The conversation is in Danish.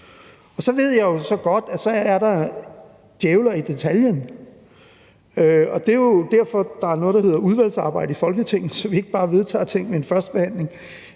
Så ved jeg jo så godt, at djævlen ligger i detaljen. Det er jo derfor, der er noget, der hedder udvalgsarbejde i Folketinget, så vi ikke bare lige vedtager tingene ved en første behandling.